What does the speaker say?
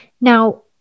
now